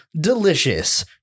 delicious